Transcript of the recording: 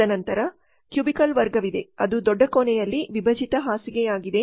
ತದನಂತರ ಕ್ಯೂಬಿಕಲ್ ವರ್ಗವಿದೆ ಅದು ದೊಡ್ಡ ಕೋಣೆಯಲ್ಲಿ ವಿಭಜಿತ ಹಾಸಿಗೆಯಾಗಿದೆ